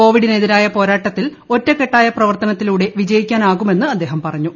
കോവിഡിനെതിരായ പോരാട്ടത്തിൽ ഒറ്റക്കെട്ടായ പ്രവർത്തനത്തിലൂടെ വിജയിക്കാനാകുമെന്ന് അദ്ദേഹം പറഞ്ഞു